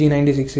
G96